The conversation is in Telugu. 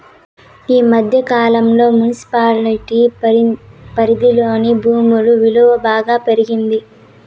ఈ మధ్య కాలంలో మున్సిపాలిటీ పరిధిలోని భూముల విలువ బాగా పెరిగింది